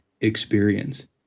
experience